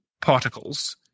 particles